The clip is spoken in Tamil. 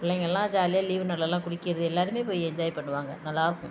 பிள்ளைங்க எல்லாம் ஜாலியாக லீவ் நாள்லெலாம் குளிக்கிறது எல்லாேருமே போய் என்ஜாய் பண்ணுவாங்க நல்லா இருக்கும்